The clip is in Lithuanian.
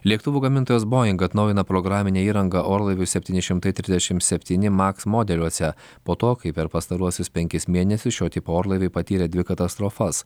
lėktuvų gamintojas boing atnaujina programinę įrangą orlaivių septyni šimtai trisdešim septyni maks modeliuose po to kai per pastaruosius penkis mėnesius šio tipo orlaiviai patyrė dvi katastrofas